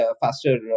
faster